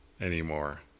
anymore